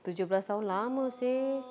tujuh belas tahun lama seh